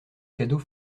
cadeau